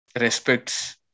respects